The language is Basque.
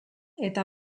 eta